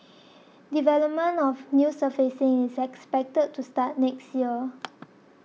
development of the new surfacing is expected to start next year